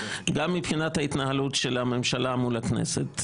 גם מבחינת ההתנהלות של הממשלה מול הכנסת.